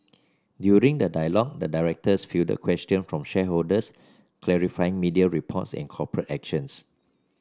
during the dialogue the directors fielded questions from shareholders clarifying media reports and corporate actions